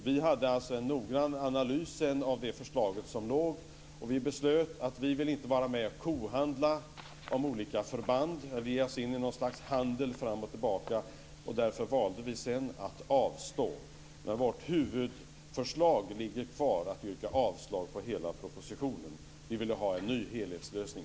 Vi gjorde en noggrann analys av det förslag som förelåg, och vi beslutade att vi inte ville gå in i en kohandel om olika förband, något slags handel fram och tillbaka. Därför valde vi sedan att avstå. Men vårt huvudförslag att yrka avslag på hela propositionen ligger kvar. Vi ville ha en ny helhetslösning.